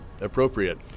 appropriate